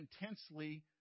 intensely